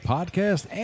Podcast